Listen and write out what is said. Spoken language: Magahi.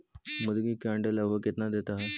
मुर्गी के अंडे लगभग कितना देता है?